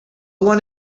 one